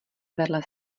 vedle